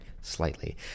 Slightly